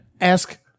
Ask